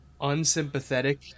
unsympathetic